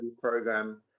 program